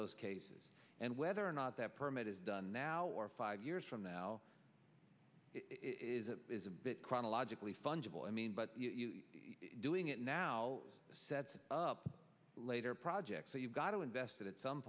those cases and whether or not that permit is done now or five years from now is it is a bit chronologically fungible i mean but doing it now sets up later projects so you've got to invest it at some